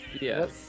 Yes